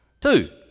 Two